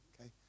okay